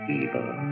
evil